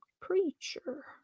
Preacher